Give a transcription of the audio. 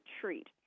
treat